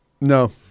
No